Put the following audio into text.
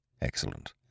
Excellent